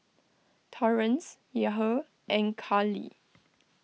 Torrence Yahir and Carly